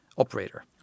Operator